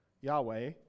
Yahweh